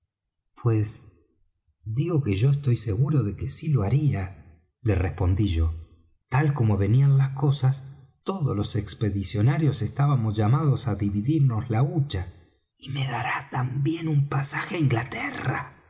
pues digo que estoy seguro de que sí lo haría le respondí yo tal como venían las cosas todos los expedicionarios estábamos llamados á dividirnos la hucha y me dará también un pasaje á inglaterra